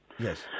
Yes